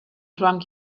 drunk